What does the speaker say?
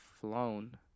flown